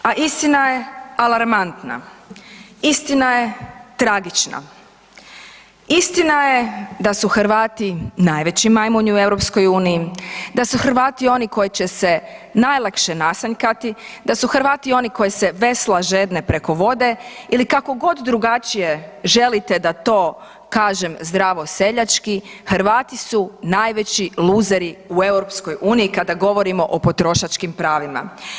A istina je alarmantna, istina je tragična, istina je da su Hrvati najveći majmuni u EU, da su Hrvati oni koje će se najlakše nasanjkati, da su Hrvati oni koje se vesla žedne preko vode ili kakogod drugačije želite da to kažem zdravo seljački, Hrvati su najveći luzeri u EU kada govorimo o potrošačkim pravima.